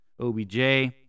obj